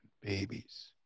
babies